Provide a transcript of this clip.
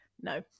no